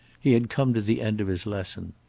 he had come to the end of his lesson.